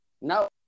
No